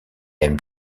aime